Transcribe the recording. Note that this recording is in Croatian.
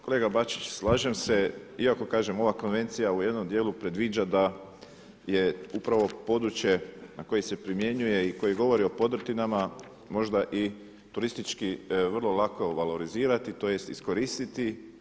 Kolega Bačić, slažem se, iako kažem ova konvencija u jednom dijelu predviđa da je upravo područje na koje se primjenjuje i koje govori o podrtinama možda i turistički vrlo lako valorizirati tj. iskoristiti.